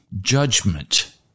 judgment